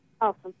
Awesome